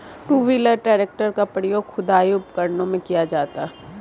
to wheeler tractor का प्रयोग खुदाई उपकरणों में किया जाता हैं